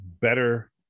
better